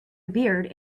beard